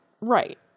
Right